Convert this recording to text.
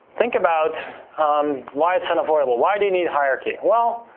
think about um why it's unavoidable? why do you need hierarchy? well,